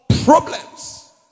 problems